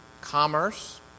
commerce